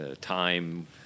time